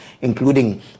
including